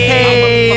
Hey